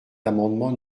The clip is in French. l’amendement